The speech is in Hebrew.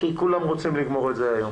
כולם רוצים לגמור את זה היום.